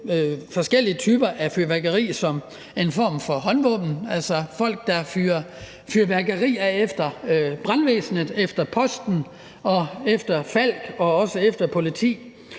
forskellige typer af fyrværkeri som en form for håndvåben, altså folk, der fyrer fyrværkeri af efter brandvæsenet, efter posten, efter Falck og også efter politi